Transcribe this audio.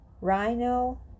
rhino